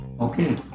okay